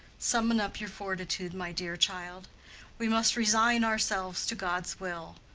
summon up your fortitude, my dear child we must resign ourselves to god's will.